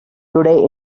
today